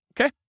Okay